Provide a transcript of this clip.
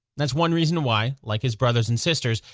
that's one reason why, like his brothers and sisters,